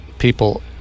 People